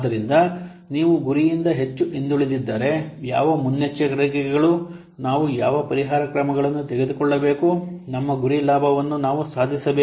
ಆದ್ದರಿಂದ ನೀವು ಗುರಿಯಿಂದ ಹೆಚ್ಚು ಹಿಂದುಳಿದಿದ್ದರೆ ಯಾವ ಮುನ್ನೆಚ್ಚರಿಕೆಗಳು ನಾವು ಯಾವ ಪರಿಹಾರ ಕ್ರಮಗಳನ್ನು ತೆಗೆದುಕೊಳ್ಳಬೇಕು ನಮ್ಮ ಗುರಿ ಲಾಭವನ್ನು ನಾವು ಸಾಧಿಸಬೇಕು